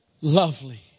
lovely